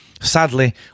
Sadly